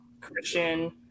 Christian